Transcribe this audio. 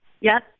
Yes